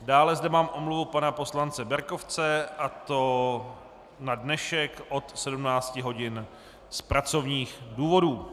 Dále zde mám omluvu pana poslance Berkovce, a to na dnešek od 17 hodin z pracovních důvodů.